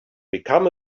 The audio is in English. become